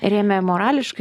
rėmė morališkai